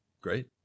great